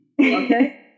Okay